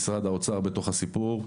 משרד האוצר נמצא בתוך הסיפור הזה.